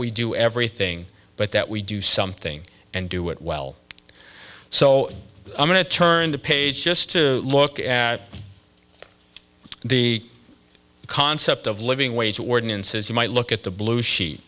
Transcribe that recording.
we do everything but that we do something and do it well so i'm going to turn the page just to look at the concept of living wage ordinances you might look at the blue sheet